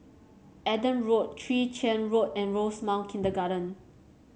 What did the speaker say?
Adam Road Chwee Chian Road and Rosemount Kindergarten